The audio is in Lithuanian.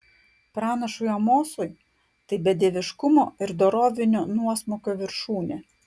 pranašui amosui tai bedieviškumo ir dorovinio nuosmukio viršūnė